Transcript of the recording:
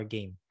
Game